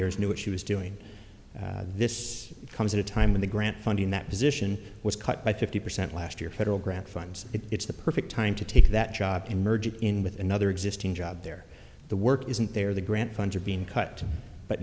years knew what she was doing this comes at a time when the grant funding that position was cut by fifty percent last year federal grant funds it's the perfect time to take that job and merge in with another existing job there the work isn't there the grant funds are being cut but